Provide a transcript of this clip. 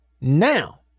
now